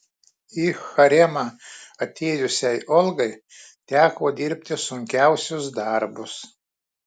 į haremą atėjusiai olgai teko dirbti sunkiausius darbus